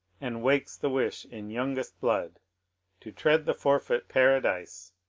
and wakes the wish in youngest blood to tread the forfeit paradise,